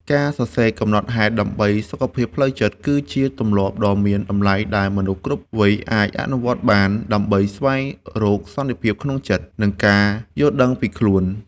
ការសរសេរកំណត់ហេតុដើម្បីសុខភាពផ្លូវចិត្ត គឺជាទម្លាប់ដ៏មានតម្លៃដែលមនុស្សគ្រប់វ័យអាចអនុវត្តបាន ដើម្បីស្វែងរកសន្តិភាពក្នុងចិត្ត និងការយល់ដឹងពីខ្លួនឯង។